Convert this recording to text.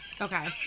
okay